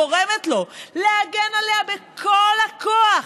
גורמת לו להגן עליה בכל הכוח.